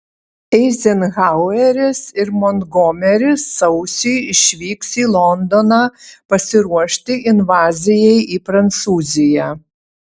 eizenhaueris ir montgomeris sausį išvyks į londoną pasiruošti invazijai į prancūziją